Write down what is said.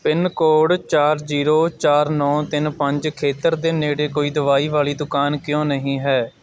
pin code ਚਾਰ zero ਚਾਰ ਨੌਂ ਤਿੰਨ ਪੰਜ ਖੇਤਰ ਦੇ ਨੇੜੇ ਕੋਈ ਦਵਾਈ ਵਾਲੀ ਦੁਕਾਨ ਕਿਉਂ ਨਹੀਂ ਹੈ